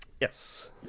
Yes